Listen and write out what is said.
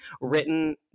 written